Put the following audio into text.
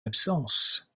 absence